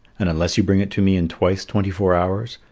and unless you bring it to me in twice twenty-four hours,